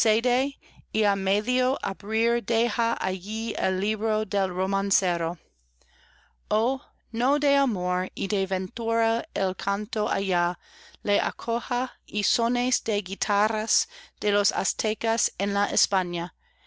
y de ventura el canto allá le acoja y sones de guitarras de los aztecas en la españa